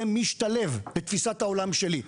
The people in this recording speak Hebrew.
זה משתלב בתפיסת העולם שלי.